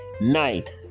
night